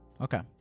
Okay